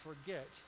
forget